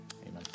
Amen